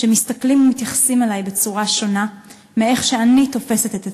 שמסתכלים ומתייחסים אלי בצורה שונה מאיך שאני תופסת את עצמי.